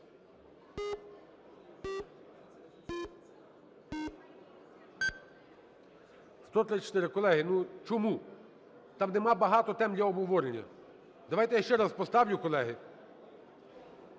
За-134 Колеги, ну чому? Там нема багато тем для обговорення. Давайте я ще раз поставлю, колеги,